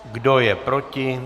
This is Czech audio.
Kdo je proti?